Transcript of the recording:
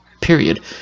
period